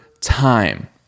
time